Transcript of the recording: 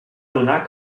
adonar